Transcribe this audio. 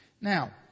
Now